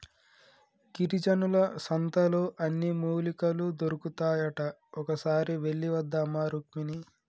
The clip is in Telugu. గిరిజనుల సంతలో అన్ని మూలికలు దొరుకుతాయట ఒక్కసారి వెళ్ళివద్దామా రుక్మిణి